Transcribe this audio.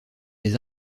les